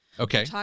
Okay